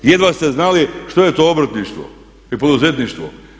Jedva ste znali što je to obrtništvo i poduzetništvo.